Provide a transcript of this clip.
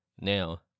Now